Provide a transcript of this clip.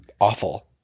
awful